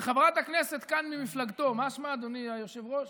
חברת הכנסת כאן ממפלגתו, מה שמה, אדוני היושב-ראש?